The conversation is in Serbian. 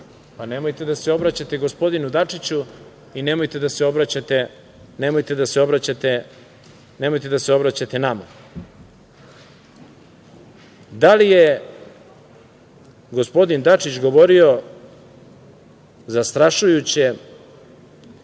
pa nemojte da se obraćate gospodinu Dačiću i nemojte da se obraćate nama. Da li je gospodin Dačić govorio zastrašujuće